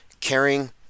carrying